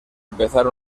empezar